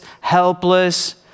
helpless